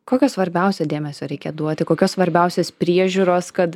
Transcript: kokio svarbiausio dėmesio reikia duoti kokios svarbiausios priežiūros kad